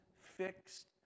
fixed